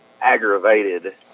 aggravated